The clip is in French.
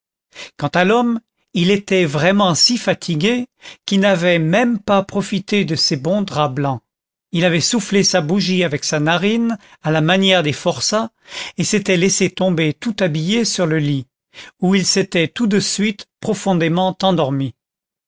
quant à l'homme il était vraiment si fatigué qu'il n'avait même pas profité de ces bons draps blancs il avait soufflé sa bougie avec sa narine à la manière des forçats et s'était laissé tomber tout habillé sur le lit où il s'était tout de suite profondément endormi